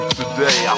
today